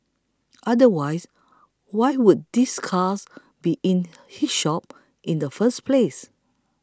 otherwise why would these cars be in his shop in the first place